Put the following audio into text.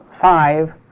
five